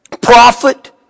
prophet